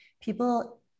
People